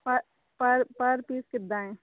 ਪ ਪਰ ਪਰ ਪੀਸ ਕਿੱਦਾਂ ਹੈ